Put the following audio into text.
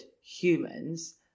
humans